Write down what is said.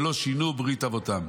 ולא שינו ברית אבותם".